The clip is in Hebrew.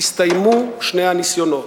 הסתיימו שני הניסיונות.